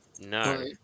No